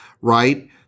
right